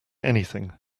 anything